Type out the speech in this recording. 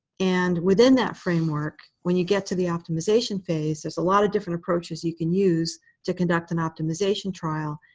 and within that framework, when you get to the optimization phase, there's a lot of different approaches you can use to conduct an optimization trial.